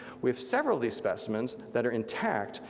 we have several these specimens that are intact,